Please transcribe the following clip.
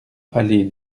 allée